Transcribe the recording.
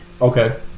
Okay